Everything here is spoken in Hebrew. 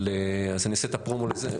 אז אני אעשה את הפרומו לזה.